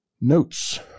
Notes